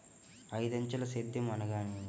ఐదంచెల సేద్యం అనగా నేమి?